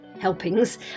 helpings